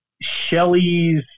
Shelley's